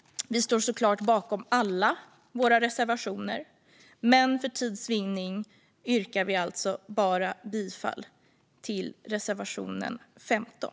Vi står såklart bakom alla våra reservationer, men för tids vinning yrkar jag alltså bifall bara till reservation 15.